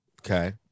okay